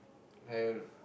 I